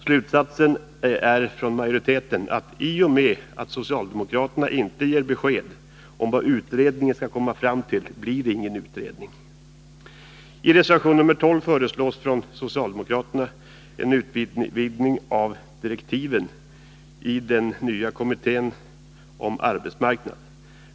Slutsatsen är från majoriteten: I och med att socialdemokraterna inte ger besked om vad utredningen skall komma fram till blir det ingen utredning. I reservationen nr 12 föreslår socialdemokraterna en utvidgning av direktiven i den nya kommittén om arbetsmarknad.